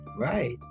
Right